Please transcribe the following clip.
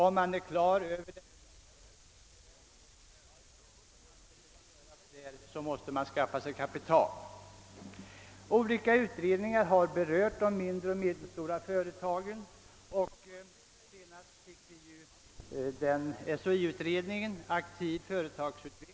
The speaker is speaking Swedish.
Om man är på det klara med den tekniska utvecklingen och den satsning som behöver göras där, måste man skaffa sig kapital. Olika utredningar har berört de mindre och medelstora företagen, senast SHI-utredningen »»Aktiv företagsutveckling».